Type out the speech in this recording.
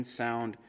sound